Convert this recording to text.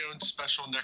special